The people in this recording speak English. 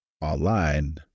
online